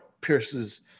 pierces